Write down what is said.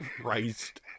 Christ